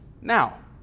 now